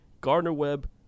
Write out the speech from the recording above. Gardner-Webb